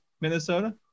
minnesota